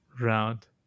round